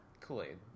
Kool-Aid